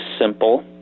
simple